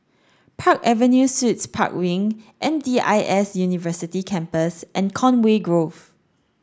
Park Avenue Suites Park Wing M D I S University Campus and Conway Grove